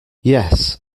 yes